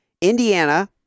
Indiana